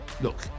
Look